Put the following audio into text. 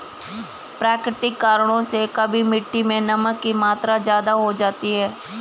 प्राकृतिक कारणों से कभी मिट्टी मैं नमक की मात्रा ज्यादा हो जाती है